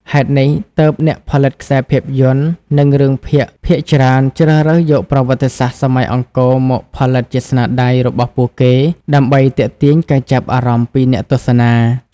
ហេតុនេះ ទើបអ្នកផលិតខ្សែភាពយន្តនិងរឿងភាគភាគច្រើនជ្រើសរើសយកប្រវត្តិសាស្ត្រសម័យអង្គរ មកផលិតជាស្នាដៃរបស់ពួកគេដើម្បីទាក់ទាញការចាប់អារម្មណ៍ពីអ្នកទស្សនា។